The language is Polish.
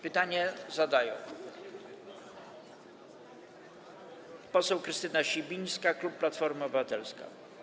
Pytanie zadaje poseł Krystyna Sibińska, klub Platforma Obywatelska.